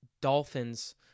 Dolphins